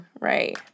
right